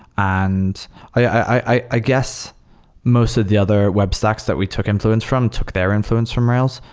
and i guess most of the other web stacks that we took influence from took their influence from rails.